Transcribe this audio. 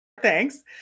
thanks